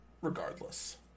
Regardless